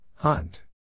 Hunt